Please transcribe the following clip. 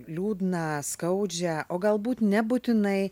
liūdną skaudžią o galbūt nebūtinai